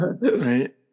Right